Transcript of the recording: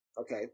Okay